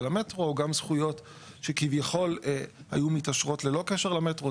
המטרו או גם זכויות שכביכול היו מתעשרות ללא קשר למטרו.